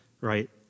right